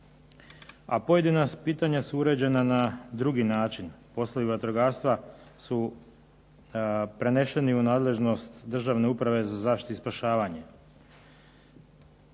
a pojedina pitanja su uređena na drugi način. Poslovi vatrogastva su preneseni u nadležnost Državne uprave za zaštitu i spašavanje.